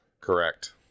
Correct